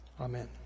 Amen